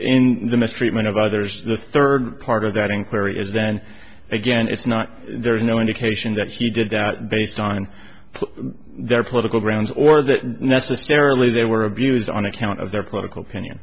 in the mistreatment of others the third part of that inquiry is then again it's not there's no indication that he did that based on their political grounds or that necessarily they were abused on account of their political opinion